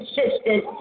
sisters